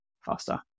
faster